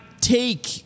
take